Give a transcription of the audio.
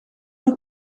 nog